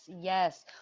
yes